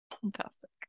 fantastic